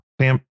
Sam